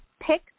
pick